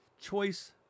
choice